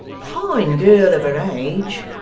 fine girl of her age,